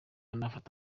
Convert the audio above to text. nafata